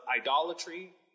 idolatry